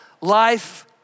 life